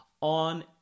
on